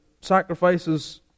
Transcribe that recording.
sacrifices